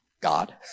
God